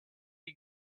you